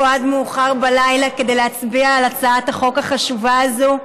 עד מאוחר בלילה כדי להצביע על הצעת החוק החשובה הזאת,